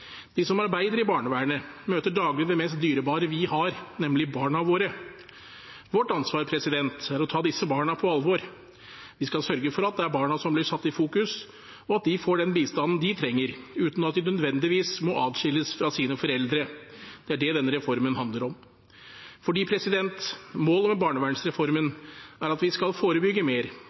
De som arbeider i barnevernet, møter daglig det mest dyrebare vi har, nemlig barna våre. Vårt ansvar er å ta disse barna på alvor. Vi skal sørge for at det er barna som blir satt i fokus, og at de får den bistanden de trenger, uten at de nødvendigvis må adskilles fra sine foreldre. Det er det denne reformen handler om. Fordi målet med barnevernsreformen er at vi skal forebygge mer,